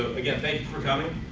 again, thank you for coming.